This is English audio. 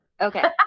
Okay